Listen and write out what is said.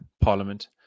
parliament